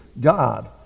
God